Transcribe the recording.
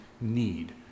need